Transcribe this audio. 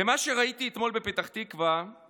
ומה שראיתי אתמול בפתח תקווה הוא